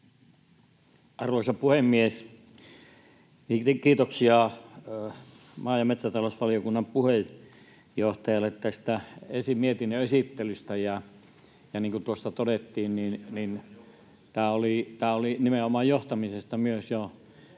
Arvoisa puhemies! Kiitoksia maa- ja metsätalousvaliokunnan puheenjohtajalle tästä mietinnön esittelystä, ja niin kuin tuossa todettiin [Mikko Savola: Jämäkästä johtamisesta!] —